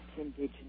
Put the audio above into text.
indigenous